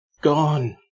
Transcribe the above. gone